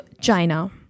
China